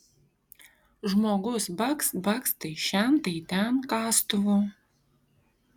žmogus bakst bakst tai šen tai ten kastuvu